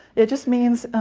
it just means